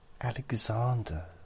Alexander